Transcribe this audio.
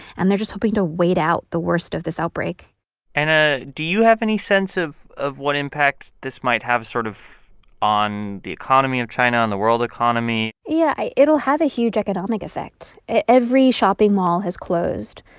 and they're just hoping to wait out the worst of this outbreak and ah do you have any sense of of what impact this might have sort of on the economy of china, on the world economy? yeah, i it'll have a huge economic effect. every shopping mall has closed.